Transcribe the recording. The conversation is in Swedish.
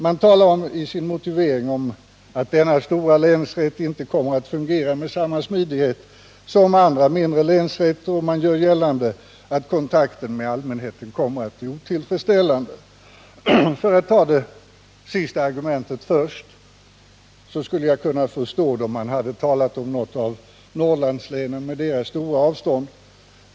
Man talar i sin motivering om att denna stora länsrätt inte kommer att fungera med samma smidighet som andra mindre länsrätter, och man gör gällande att kontakten med allmänheten kommer att bli otillfredsställande. För att ta det sista argumentet först skulle jag ha kunnat förstå det om man hade talat om något av Norrlandslänen med deras stora avstånd.